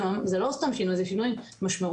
זה לא סתם שינוי, זה שינוי משמעותי.